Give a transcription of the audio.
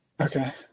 Okay